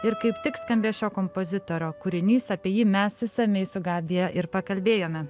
ir kaip tik skambės šio kompozitorio kūrinys apie jį mes išsamiai su gabija ir pakalbėjome